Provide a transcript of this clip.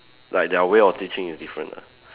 like their way of teaching is different lah